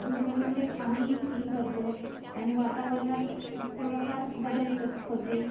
धूर करून ते आम्ही हे करतो आणि वातावरणात थोडाफार बदल कर होते